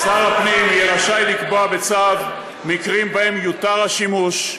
שר הפנים יהיה רשאי לקבוע בצו מקרים שבהם יוּתר השימוש,